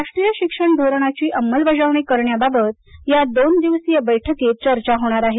राष्ट्रीय शिक्षण धोरणाची अंमलबजावणी करण्याबाबत या दोन दिवसीय बैठकीत चर्चा होणार आहे